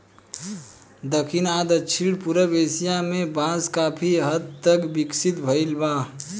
दखिन आ दक्षिण पूरब एशिया में बांस काफी हद तक विकसित भईल बा